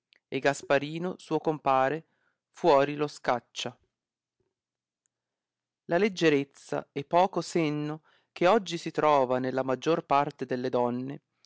e gasparino suo compare fuori lo scaccia la leggerezza e poco senno che oggi si trova nella maggior parte delle donne